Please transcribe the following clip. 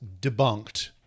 debunked